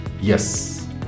Yes